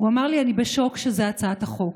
הוא אמר לי: אני בשוק שזו הצעת החוק.